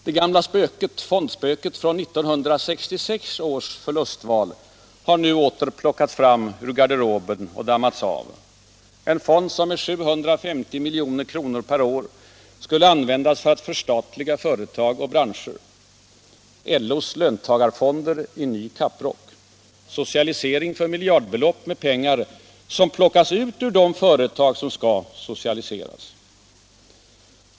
Det gamla fondspöket från 1966 års förlustval har nu åter plockats fram ur garderoben och dammats av. Det är en fond som med 750 milj.kr. per år skulle användas för att förstatliga företag och branscher; LO:s löntagarfonder i ny kapprock; socialisering för miljardbelopp med pengar som plockas ut ur de företag som skall socialiseras.